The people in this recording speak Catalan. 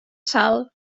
sal